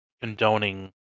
condoning